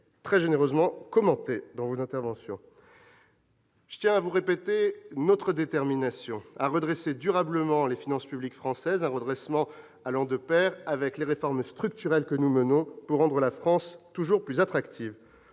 Je tiens à vous répéter notre détermination à redresser durablement les finances publiques françaises, un redressement allant de pair avec les réformes structurelles que nous menons pour rendre la France toujours plus attractive.